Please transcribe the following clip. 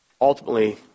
ultimately